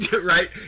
Right